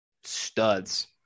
studs